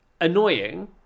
annoying